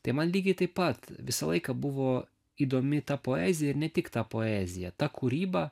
tai man lygiai taip pat visą laiką buvo įdomi ta poezija ir ne tik ta poezija ta kūryba